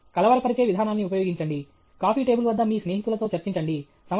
కలవరపరిచే విధానాన్ని ఉపయోగించండి coffee table వద్ద మీ స్నేహితులతో చర్చించండి